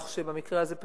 כך שבמקרה הזה מועצה,